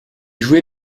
joué